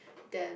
then